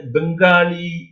Bengali